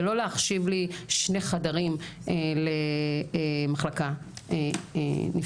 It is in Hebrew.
ולא להחשיב לי שני חדרים למחלקה נפרדת,